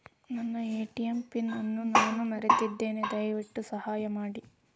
ನನ್ನ ATM pin ಅನ್ನು ನಾನು ಮರೆತಿದ್ದೇನೆ, ದಯವಿಟ್ಟು ಸಹಾಯ ಮಾಡಿ